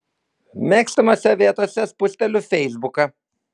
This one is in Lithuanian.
mėgstamose vietose spusteliu feisbuką